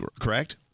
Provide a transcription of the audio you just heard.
correct